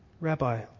Rabbi